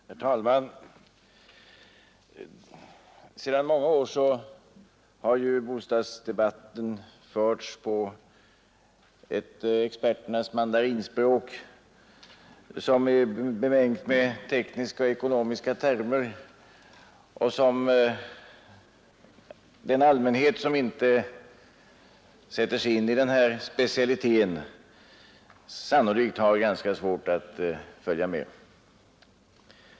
Herr talman! Under många år har ju bostadsdebatten förts på ett experternas mandarinspråk, som är bemängt med tekniska och ekonomiska termer och som den allmänhet som inte sätter sig in i den här specialiteten sannolikt har ganska svårt att följa med.